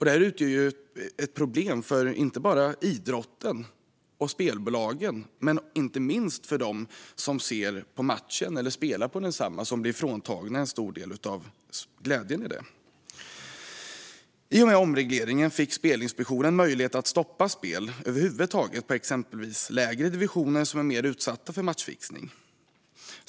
Detta utgör ett problem för både idrotten och spelbolagen och inte minst för dem som ser på matchen eller spelar på densamma och som blir fråntagna en stor del av glädjen över det. I och med omregleringen fick Spelinspektionen möjlighet att stoppa spel över huvud taget när det gäller exempelvis lägre divisioner, som är mer utsatta för matchfixning.